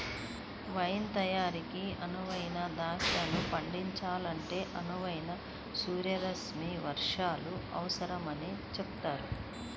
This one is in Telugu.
వైన్ తయారీకి అనువైన ద్రాక్షను పండించాలంటే అనువైన సూర్యరశ్మి వర్షాలు అవసరమని చెబుతున్నారు